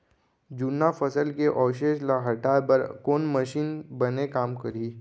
जुन्ना फसल के अवशेष ला हटाए बर कोन मशीन बने काम करही?